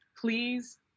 Please